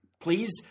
Please